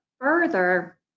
further